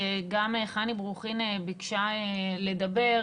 גם חני ברוכים ביקשה לדבר,